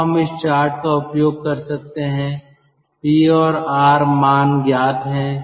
अब हम इस चार्ट का उपयोग कर सकते हैं P और R मान ज्ञात हैं